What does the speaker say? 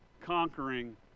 conquering